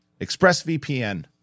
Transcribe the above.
ExpressVPN